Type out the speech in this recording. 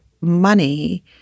money